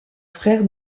frère